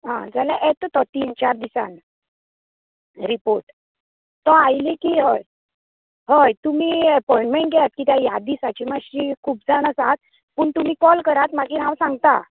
हां जाल्यार येता तो तीन चार दिसान रिपोट तो आयलो की हय हय तुमीं ऑपोन्टमेन्ट घेयात ह्या दिसाची मातशीं खूब जाण आसात पूण तुमी काॅल करात मागीर हांव सांगता